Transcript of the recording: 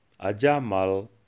Ajamal